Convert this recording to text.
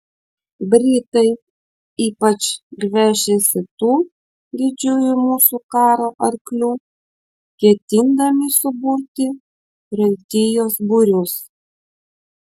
britai ypač gviešiasi tų didžiųjų mūsų karo arklių ketindami suburti raitijos būrius